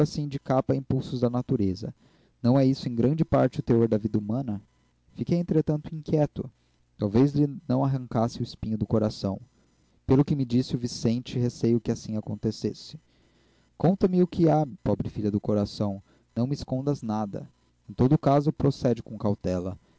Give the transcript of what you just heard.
de capa a impulsos da natureza não é isso em grande parte o teor da vida humana fiquei entretanto inquieto talvez lhe não arrancasse o espinho do coração pelo que me disse o vicente receio que assim acontecesse conta-me o que há pobre filha do coração não me escondas nada em todo caso procede com cautela